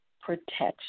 protection